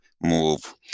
move